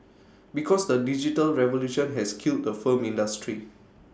because the digital revolution has killed the film industry